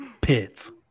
pits